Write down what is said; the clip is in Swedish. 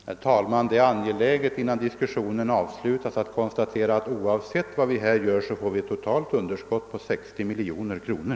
Herr talman! Det är angeläget att innan diskussionen avslutas konstatera att oavsett vad vi här gör uppstår ett totalt underskott på 60 miljoner kronor.